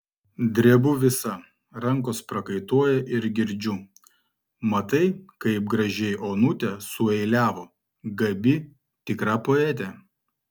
drebu visa rankos prakaituoja ir girdžiu matai kaip gražiai onutė sueiliavo gabi tikra poetė